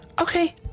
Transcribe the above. Okay